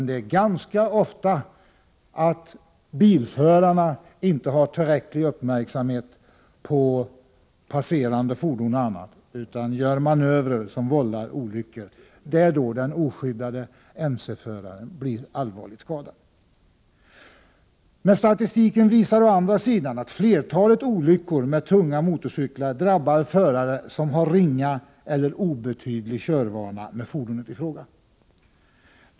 Det är ganska ofta så att bilförarna inte har tillräcklig uppmärksamhet på passerande fordon utan gör manövrer som vållar olyckor, då den oskyddade motorcykelföraren blir allvarligt skadad. Men statistiken visar å andra sidan att flertalet olyckor med tunga motorcyklar drabbar förare som har ringa eller obetydlig körvana med fordonet i fråga.